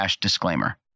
disclaimer